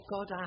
God